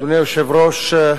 אדוני היושב-ראש,